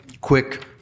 quick